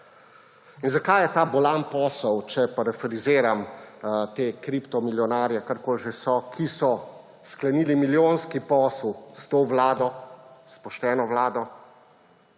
In zakaj je ta bolan posel, če parafraziram te kriptomilijonarje, karkoli že so, ki so sklenili milijonski posel s to vlado, s pošteno vlado,